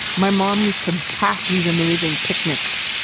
my mom used to pack these amazing picnics.